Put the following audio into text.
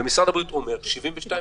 ומשרד הבריאות אומר: 72 שעות.